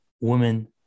women